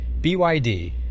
BYD